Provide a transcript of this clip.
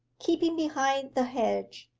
keeping behind the hedge,